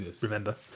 remember